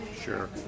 Sure